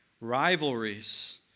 rivalries